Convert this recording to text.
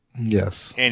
Yes